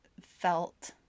felt